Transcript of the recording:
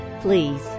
Please